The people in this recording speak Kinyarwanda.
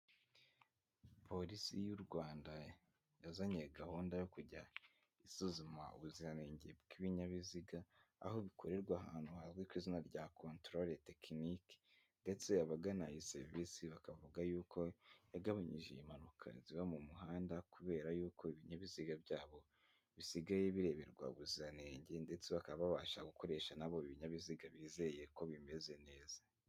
Polisi y'u Rwanda yazanye gahunda yo kujya isuzuma ubuziranenge bw'ibinyabiziga aho bikorerwa ahantu hazwi ku izina rya controle tekiniki ndetse abagana iyi serivisi bakavuga yuko yagabanyije impanuka ziba mu muhanda kubera yuko ibinyabiziga byabo bisigaye bireberwa ubuziranenge ndetse bakaba babasha gukoresha nabo ibinyabiziga bizeye ko bimeze neza.